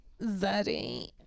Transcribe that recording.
Zaddy